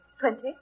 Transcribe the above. twenty